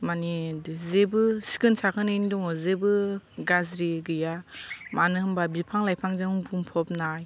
माने जेबो सिखोन साखोनैनो दङ जेबो गाज्रि गैया मानो होमब्ला बिफां लाइफांजों बुंफबनाय